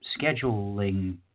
scheduling